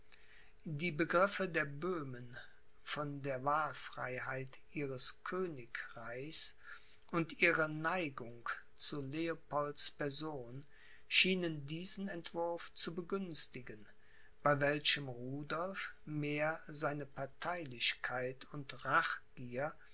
die begriffe der böhmen von der wahlfreiheit ihres königreichs und ihre neigung zu leopolds person schienen diesen entwurf zu begünstigen bei welchem rudolph mehr seine parteilichkeit und rachgier